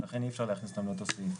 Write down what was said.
ולכן אי אפשר להכניס אותן לאותו סעיף.